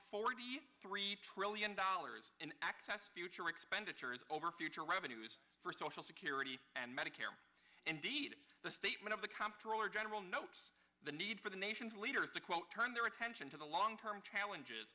forty three trillion dollars in excess future expenditures over future revenues for social security and medicare indeed the statement of the comptroller general notes the need for the nation's leaders to quote turn their attention to the long term challenges